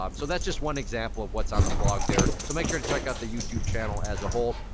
um so that's just one example of what's on the vlog there. so make sure to check out the youtube channel as a whole.